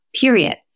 period